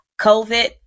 COVID